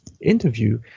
interview